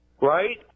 right